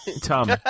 Tom